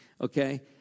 Okay